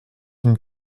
une